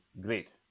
Great